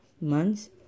Months